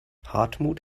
hartmut